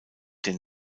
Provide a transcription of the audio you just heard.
den